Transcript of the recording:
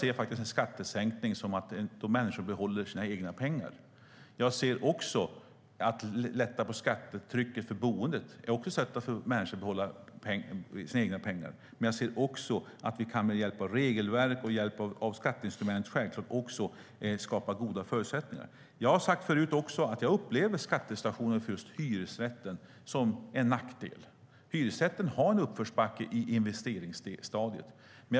Jag ser faktiskt en skattesänkning som att människor får behålla sina egna pengar. Att man lättar på skattetrycket för boendet ser jag också som ett sätt för människor att få behålla sina egna pengar. Men jag ser även att vi med hjälp av regelverk och skatteinstrument självklart kan skapa goda förutsättningar. Jag har tidigare sagt att jag upplever skattesituationen för just hyresrätten som en nackdel. Hyresrätten har en uppförsbacke i investeringsstadiet.